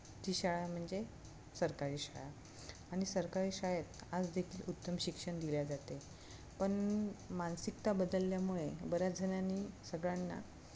ती शाळा म्हणजे सरकारी शाळा आणि सरकारी शाळेत आज देखील उत्तम शिक्षण दिले जाते पण मानसिकता बदलल्यामुळे बऱ्याच जणांनी सगळ्यांना